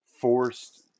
forced